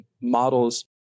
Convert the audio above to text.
models